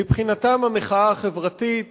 מבחינתם המחאה החברתית